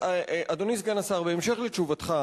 אדוני סגן השר, בהמשך לתשובתך,